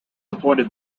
appointed